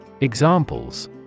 Examples